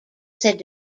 said